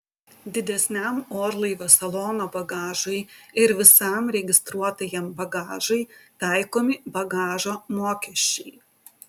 didesniam orlaivio salono bagažui ir visam registruotajam bagažui taikomi bagažo mokesčiai